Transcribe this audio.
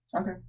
Okay